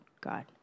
God